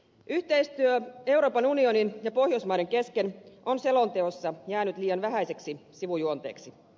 yhteistyö euroopan unionin ja pohjoismaiden kesken on selonteossa jäänyt liian vähäiseksi sivujuonteeksi